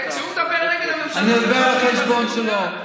כשהוא מדבר נגד הממשלה, אני אדבר על החשבון שלו.